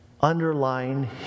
underlying